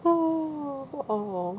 oh